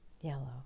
Yellow